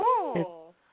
cool